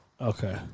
Okay